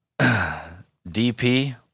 DP